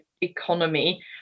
economy